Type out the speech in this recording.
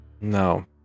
no